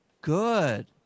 Good